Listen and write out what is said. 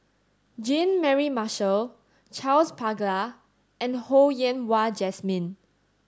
Jean Mary Marshall Charles Paglar and Ho Yen Wah Jesmine